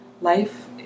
Life